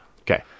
Okay